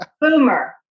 Boomer